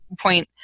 point